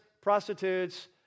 prostitutes